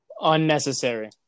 unnecessary